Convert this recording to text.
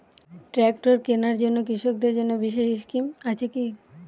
Tractor কেনার জন্য কৃষকদের জন্য বিশেষ স্কিম আছে কি?